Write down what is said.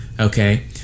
Okay